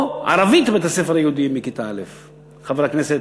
או ערבית בבית הספר היהודי מכיתה א'; חבר הכנסת,